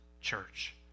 church